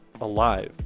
alive